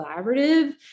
collaborative